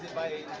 by